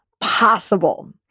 possible